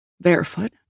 barefoot